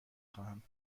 خواهم